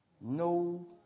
no